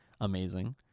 amazing